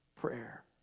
prayer